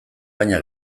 baina